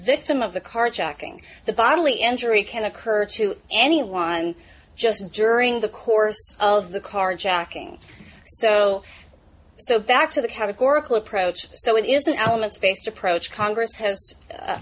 victim of the carjacking the botley injury can occur to anyone just jerking the course of the carjacking so so back to the categorical approach so it isn't elements based approach congress has u